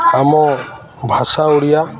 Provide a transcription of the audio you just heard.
ଆମ ଭାଷା ଓଡ଼ିଆ